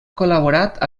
col·laborat